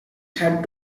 had